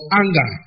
anger